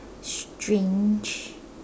strange